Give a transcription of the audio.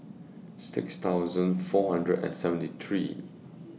six thousand four hundred and seventy three